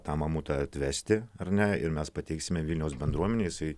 tą mamutą atvesti ar ne ir mes pateiksime vilniaus bendruomenei